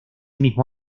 mismo